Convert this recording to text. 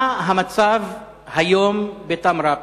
מה המצב היום בתמרה?